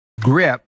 grip